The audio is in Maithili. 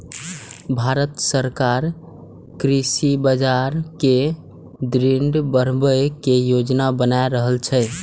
भांरत सरकार कृषि बाजार कें दृढ़ बनबै के योजना बना रहल छै